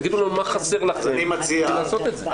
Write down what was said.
תגידו לנו מה חסר לכם כדי לעשות את זה.